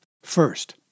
First